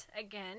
again